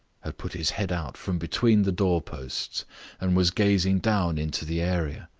had put his head out from between the doorposts and was gazing down into the area.